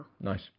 Nice